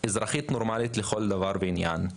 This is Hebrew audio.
אזרחית נורמלית לכל דבר ועניין,